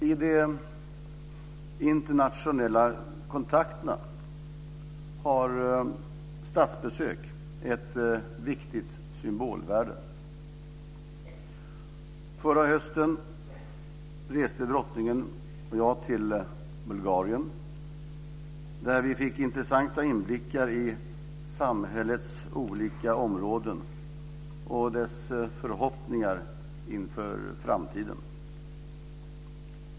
I de internationella kontakterna har statsbesök ett viktigt symbolvärde. Förra hösten reste drottningen och jag till Bulgarien, där vi fick intressanta inblickar i samhällets olika områden och dess förhoppningar inför framtiden.